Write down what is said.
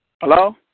Hello